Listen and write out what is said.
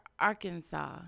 Arkansas